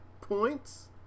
points